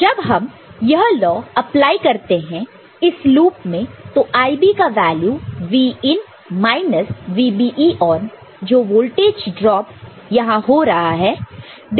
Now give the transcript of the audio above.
तो जब हम यह लॉ अप्लाई करते हैं इस लूप में तो IB का वैल्यू Vin माइनस VBE जो वोल्टेज ड्रॉप यहां हो रहा है डिवाइड बाय RB